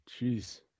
Jeez